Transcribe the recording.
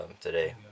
today